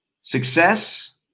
Success